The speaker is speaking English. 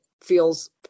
feels